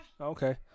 Okay